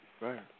Right